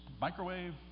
microwave